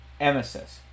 emesis